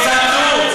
תיצמדו,